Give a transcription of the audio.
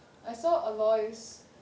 I saw aloys